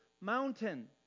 mountain